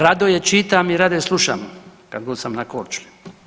Rado je čitam i rado je slušam kad god sam na Korčuli.